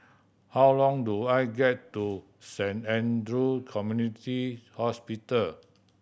how long do I get to Saint Andrew Community Hospital